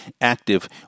active